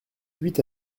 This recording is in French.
huit